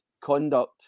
conduct